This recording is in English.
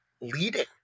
leading